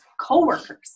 co-workers